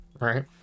right